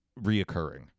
reoccurring